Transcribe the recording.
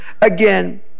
again